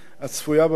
הצפויה במשק,